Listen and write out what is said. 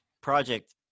project